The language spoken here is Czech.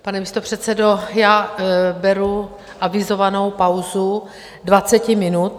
Pane místopředsedo, já beru avizovanou pauzu dvaceti minut.